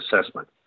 assessment